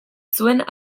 zuen